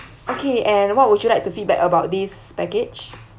okay and what would you like to feedback about this package